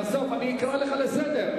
בסוף אני אקרא לך לסדר.